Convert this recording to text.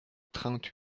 trente